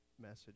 message